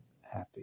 happy